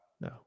no